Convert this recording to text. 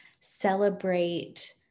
celebrate